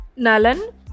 Nalan